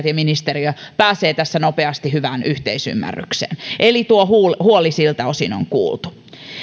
ja ministeriö pääsevät tässä nopeasti hyvään yhteisymmärrykseen eli tuo huoli huoli siltä osin on kuultu